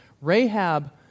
Rahab